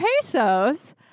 pesos